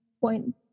point